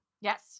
Yes